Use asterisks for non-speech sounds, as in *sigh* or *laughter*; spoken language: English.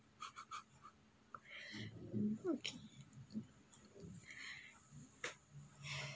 *laughs* okay *breath*